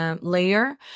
layer